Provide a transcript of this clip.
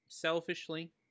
selfishly